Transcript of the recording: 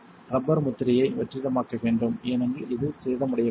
rubber முத்திரையை வெற்றிடமாக்க வேண்டாம் ஏனெனில் இது சேதமடையக்கூடும்